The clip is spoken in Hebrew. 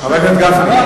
חבר הכנסת גפני.